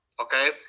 okay